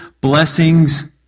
blessings